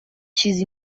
چیز